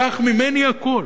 קח ממני הכול,